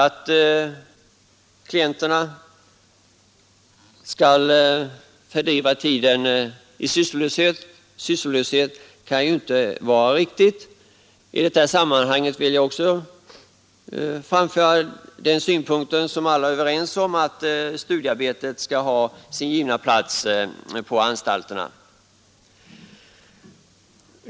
Att klienterna skall fördriva tiden i sysslolöshet kan ju inte vara riktigt. I detta sammanhang vill jag också framföra den uppfattningen, som alla är överens om, att studiearbetet skall ha sin givna plats på anstalterna.